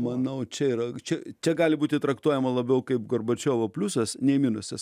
manau čia yra čia čia gali būti traktuojama labiau kaip gorbačiovo pliusas nei minusas